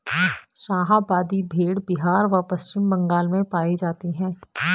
शाहाबादी भेड़ बिहार व पश्चिम बंगाल में पाई जाती हैं